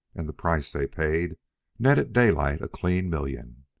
and the price they paid netted daylight a clean million.